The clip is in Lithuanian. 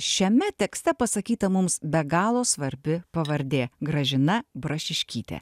šiame tekste pasakyta mums be galo svarbi pavardė gražina brašiškytė